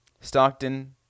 Stockton